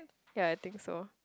ya I think so